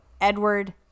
Edward